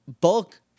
Bulk